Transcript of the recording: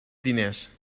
diners